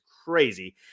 Crazy